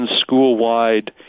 school-wide